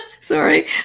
Sorry